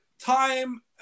time